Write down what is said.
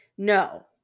no